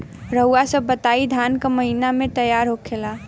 रउआ सभ बताई धान क महीना में तैयार होखेला?